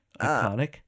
Iconic